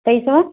पैसवा